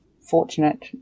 fortunate